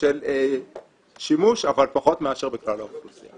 של שימוש אבל פחות מאשר בכלל האוכלוסייה.